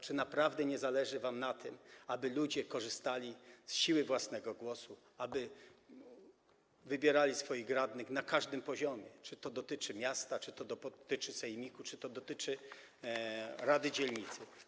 Czy naprawdę nie zależy wam na tym, aby ludzie korzystali z siły własnego głosu, aby wybierali swoich radnych na każdym poziomie, czy to dotyczy miasta, czy to dotyczy sejmiku, czy to dotyczy rady dzielnicy?